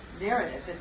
narrative